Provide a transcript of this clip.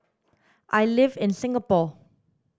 I live in Singapore